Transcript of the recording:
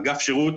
אגף שירות,